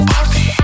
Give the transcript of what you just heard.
Party